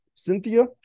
Cynthia